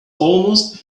almost